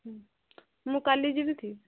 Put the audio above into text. ମୁଁ କାଲି ଯିବି କି